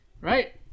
right